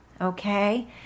Okay